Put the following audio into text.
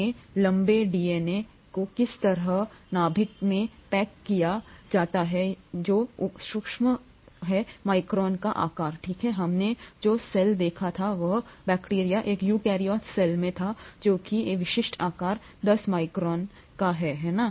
2 metre लंबे DNA को किसी तरह नाभिक में पैक किया जाता है जो उप सूक्ष्म उप है माइक्रोन का आकार ठीक है हमने जो सेल देखा था वह बैक्टीरिया एक यूकेरियोटिक सेल में था जो कि ए विशिष्ट आकार 10 माइक्रोन है है ना